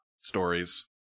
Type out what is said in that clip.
stories